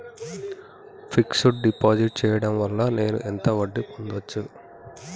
Fix డ్ deposit చేయటం వల్ల నేను ఎంత వడ్డీ పొందచ్చు?